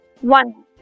one